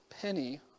penny